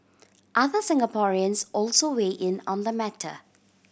other Singaporeans also weigh in on the matter